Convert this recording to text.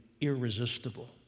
irresistible